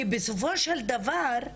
כי בסופו של דבר,